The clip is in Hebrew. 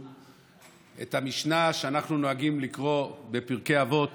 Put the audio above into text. את המשנה שאנחנו נוהגים לקרוא בפרקי אבות